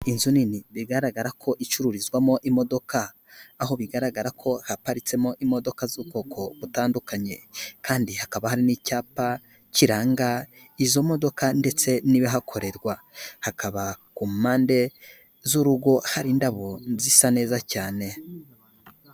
Inzu nini bigaragara ko icururizwamo imodoka, aho bigaragara ko haparitswemo imodoka z'ubwoko butandukanye. Kandi hakaba hari n'icyapa kiranga izo modoka ndetse n'ibihakorerwa. Hakaba ku mpande z'urugo hari indabo zisa neza cyane.